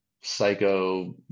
psycho